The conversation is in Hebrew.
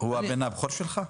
מוחמד הוא הבן הגדול שלך?